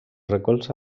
recolza